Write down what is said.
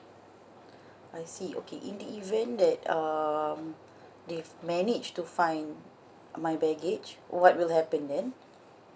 I see okay in the event that um they manage to find my baggage what will happen then